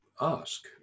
ask